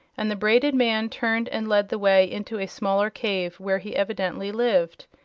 and the braided man turned and led the way into a smaller cave, where he evidently lived.